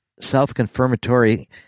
self-confirmatory